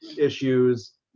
issues